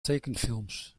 tekenfilms